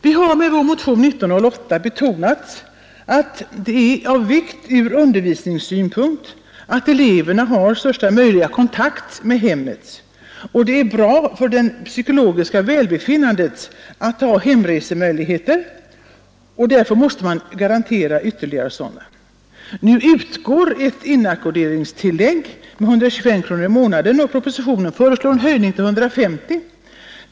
Vi har i vår motion 1908 betonat att det är av vikt ur undervisningssynpunkt att eleverna har största möjliga kontakt med hemmet, att det är bra för det psykologiska välbefinnandet och att hemresemöjligheter därför måste garanteras. Nu utgår ett inackorderingstillägg med 125 kronor per månad. Propositionen föreslår en höjning till 150.